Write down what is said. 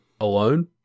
alone